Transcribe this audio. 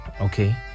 Okay